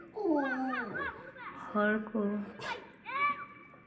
ᱦᱚᱲ ᱠᱚ